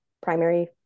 primary